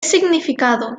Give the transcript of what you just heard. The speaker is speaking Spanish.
significado